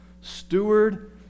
steward